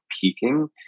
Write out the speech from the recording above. peaking